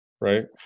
Right